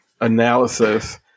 analysis